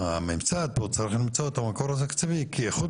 הממסד פה צריך למצוא את המקור התקציבי כי איחוד